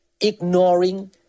Ignoring